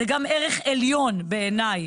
זה גם ערך עליון בעיניי.